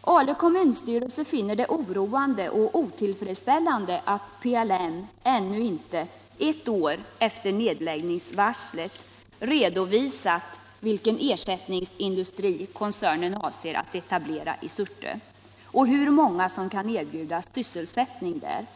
”Ale kommunstyrelse finner det oroande och otillfredsställande att PLM ännu inte, ett år efter nedläggningsvarslet, redovisat vilken ersättningsindustri koncernen avser att etablera i Surte och hur många som kan erbjudas sysselsättning där.